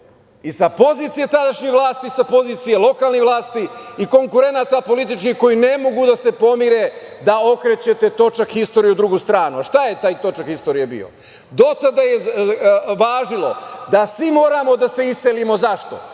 i sa pozicije tadašnje vlasti, sa pozicije lokalnih vlasti i konkurenata političkih, koji ne mogu da se pomire da okrećete točak istorije u drugu stranu. Šta je taj točak istorije bio? Do tada je važilo da svi moramo da se iselimo. Zašto?